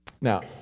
Now